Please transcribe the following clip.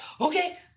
okay